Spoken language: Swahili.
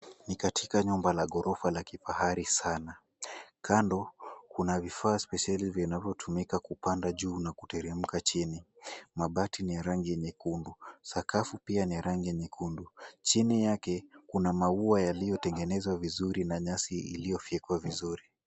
Ni katika jumba la ghorofa la kifahari sana. Kando kuna vifaa spesheli vinavyotumika kupanda juu na kuteremka chini. Mabati ni ya rangi nyekundu, sakafu pia ni ya rangi nyekundu. Chini yake kuna maua yaliyotengenezwa vizuri na nyasi iliyofyekwa vizuri.